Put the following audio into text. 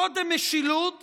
קודם משילות